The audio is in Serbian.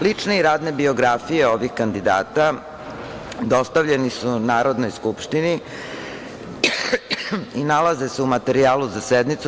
Lične i radne biografije ovih kandidata dostavljeni su Narodnoj skupštini i nalaze se u materijalu za sednicu.